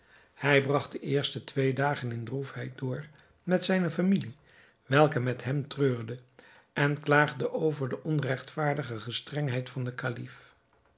hij bragt de eerste twee dagen in droefheid door met zijne familie welke met hem treurde en klaagde over de onregtvaardige gestrengheid van den kalif